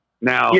Now